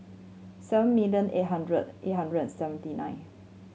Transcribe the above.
seven million eight hundred eight hundred and seventy nine